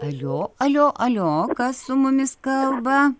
alio alio alio kas su mumis kalba